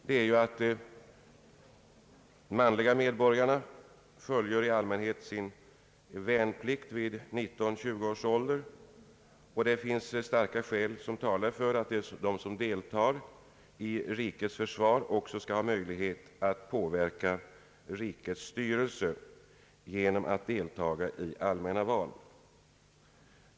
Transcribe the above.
De manliga medborgarna fullgör ju i allmänhet sin värnplikt i 19—20-årsåldern, och det är naturligt att de som deltar i rikets försvar också skall ha möjlighet att påverka rikets styrelse genom att delta i allmänna val.